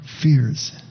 fears